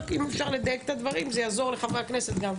אבל אם אפשר לדייק בדברים זה יעזור לחברי הכנסת.